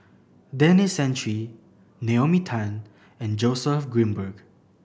Denis Santry Naomi Tan and Joseph Grimberg